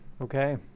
Okay